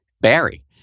Barry